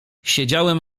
siedziałem